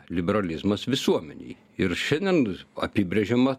liberalizmas visuomenei ir šiandien apibrėžiama